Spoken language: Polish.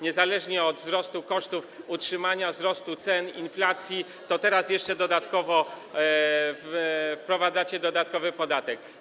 Niezależnie od wzrostu kosztów utrzymania, wzrostu cen, inflacji, teraz jeszcze wprowadzacie dodatkowy podatek.